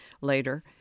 later